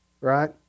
Right